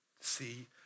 See